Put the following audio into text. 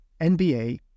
NBA